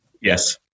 Yes